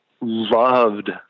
loved